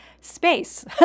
space